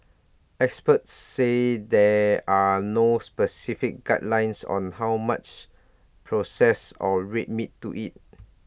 experts said there are no specific guidelines on how much processed or red meat to eat